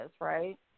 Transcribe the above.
Right